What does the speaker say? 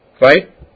Right